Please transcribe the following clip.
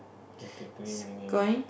fifty three minutes